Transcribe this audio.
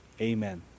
Amen